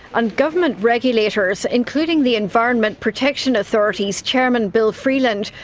and government regulators, including the environment protection authority's chairman bill freeland,